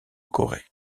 corée